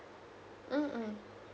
mm mm